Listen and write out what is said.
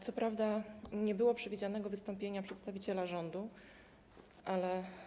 Co prawda nie było przewidzianego wystąpienia przedstawiciela rządu, ale.